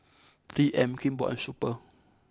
three M Kimball and Super